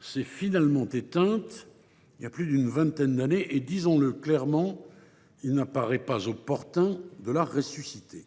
s’est finalement éteinte voilà plus d’une vingtaine d’années et, disons le clairement, il ne paraît pas opportun de la ressusciter.